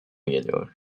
geliyor